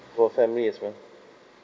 for family as well